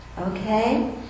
Okay